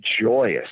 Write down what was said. joyous